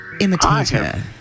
imitator